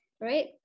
right